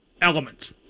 element